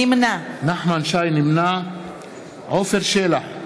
נמנע עפר שלח,